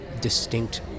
distinct